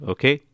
Okay